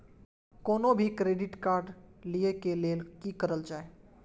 कोनो भी credit card लिए के लेल की करल जाय?